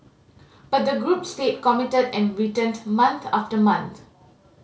but the group stayed committed and returned month after month